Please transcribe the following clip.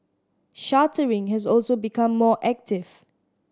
chartering has also become more active